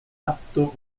atto